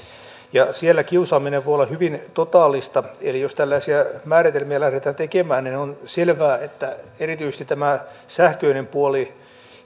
ja siellä kiusaaminen voi olla hyvin totaalista eli jos tällaisia määritelmiä lähdetään tekemään niin on selvää että erityisesti tämä sähköinen puoli